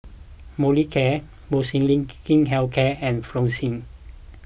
Molicare Molnylcke Health Care and Floxia